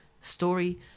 story